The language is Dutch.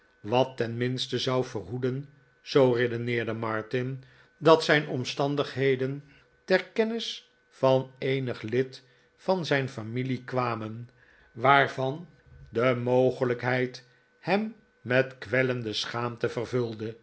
wat tenminste zou verhoeden zoo redeneerde martin dat zijn omstandigheden ter kennis van eenig lid van zijn familie kwamen waarvan de mogelijkheid hem met kwellende schaamte vervulde